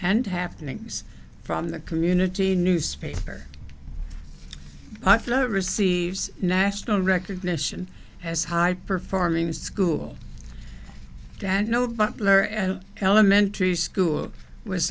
and happenings from the community newspaper i float receives national recognition as high performing school and no butler an elementary school was